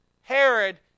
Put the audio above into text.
Herod